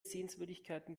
sehenswürdigkeiten